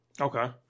Okay